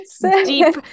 deep